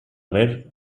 haber